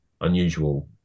unusual